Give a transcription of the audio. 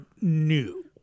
new